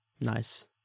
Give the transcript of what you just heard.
Nice